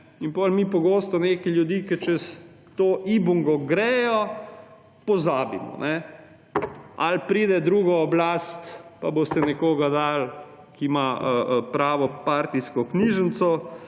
in potem mi pogosto neke ljudi, ki čez to ibungo gredo, pozabimo; ali pride druga oblast pa boste nekoga dali, ki ima pravo partijsko knjižico,